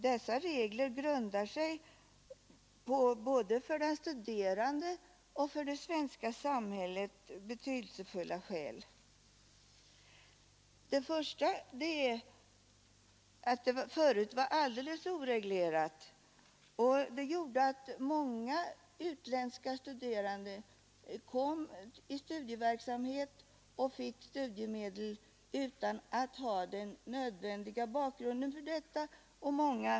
Dessa regler grundar sig faktiskt på för både den studerande och det svenska samhället betydelsefulla skäl. Det första skälet är att detta tidigare var ett oreglerat område. Det medförde att många utländska studerande fick studiemedel och började sin studieverksamhet utan att ha den nödvändiga bakgrunden.